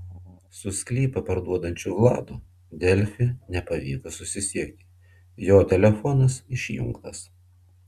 su sklypą parduodančiu vladu delfi nepavyko susisiekti jo telefonas išjungtas